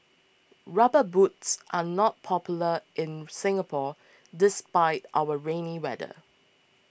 rubber boots are not popular in Singapore despite our rainy weather